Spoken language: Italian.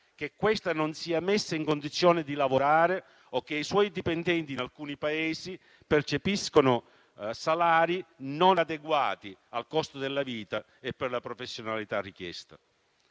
che non sia messa nelle condizioni di lavorare o che i suoi dipendenti in alcuni Paesi percepiscano salari non adeguati al costo della vita e per la professionalità richiesta.